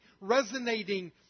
resonating